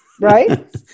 right